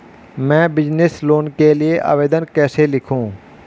मैं business loan के लिए आवेदन कैसे लिखूँ?